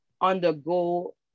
undergo